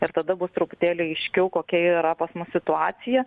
ir tada bus truputėlį aiškiau kokia yra pas mus situacija